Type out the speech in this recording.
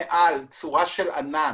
מעל יש צורה של ענן,